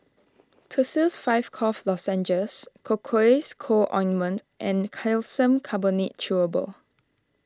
Tussils five Cough Lozenges Cocois Co Ointment and Calcium Carbonate Chewable